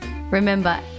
Remember